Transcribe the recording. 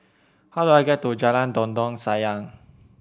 how do I get to Jalan Dondang Sayang